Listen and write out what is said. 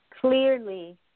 clearly